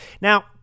Now